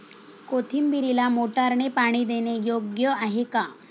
कोथिंबीरीला मोटारने पाणी देणे योग्य आहे का?